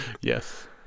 Yes